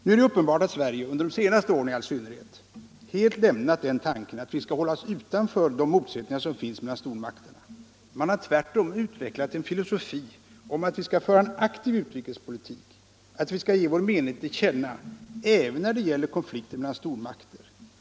Nu är det ju uppenbart att Sverige, under de senaste åren i all synnerhet, helt har lämnat den tanken att vi skall hålla oss utanför de motsättningar som finns mellan stormakterna. Man har tvärtom utvecklat en filosofi om att vi skall föra en aktiv utrikespolitik, att vi skall ge vår mening till känna även när det gäller konflikter mellan stormakter.